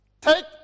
Take